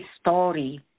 story